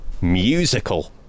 musical